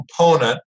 component